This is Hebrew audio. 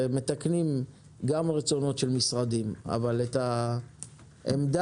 ומתקנים גם רצונות של משרדים אבל את העמדה,